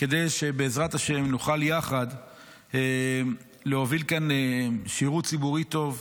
כדי שבעזרת השם נוכל יחד להוביל כאן שירות ציבורי טוב,